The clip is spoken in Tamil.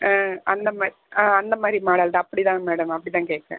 ஆ அந்த மாதிரி ஆ அந்த மாதிரி மாடல் தான் அப்படி தான் மேடம் அப்படி தான் கேட்டேன்